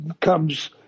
comes